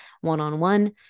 one-on-one